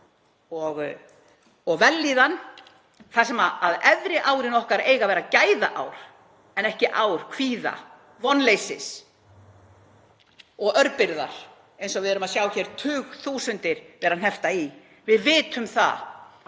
og vellíðan, þar sem efri árin okkar eiga að vera gæðaár en ekki ár kvíða, vonleysis og örbirgðar eins og við erum að sjá hér tugþúsundir vera heftar í. Við vitum að